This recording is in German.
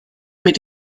mit